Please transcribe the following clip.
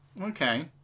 Okay